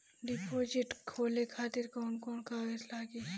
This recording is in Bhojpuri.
डिपोजिट खोले खातिर कौन कौन कागज लागी?